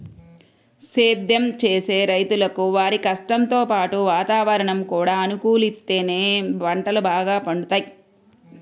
సేద్దెం చేసే రైతులకు వారి కష్టంతో పాటు వాతావరణం కూడా అనుకూలిత్తేనే పంటలు బాగా పండుతయ్